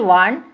one